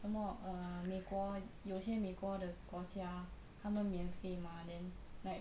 什么 uh 美国有些美国的国家他们免费 mah then like